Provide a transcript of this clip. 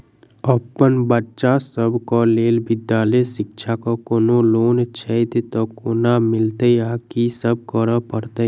अप्पन बच्चा सब केँ लैल विधालय शिक्षा केँ कोनों लोन छैय तऽ कोना मिलतय आ की सब करै पड़तय